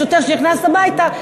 השוטר שנכנס הביתה,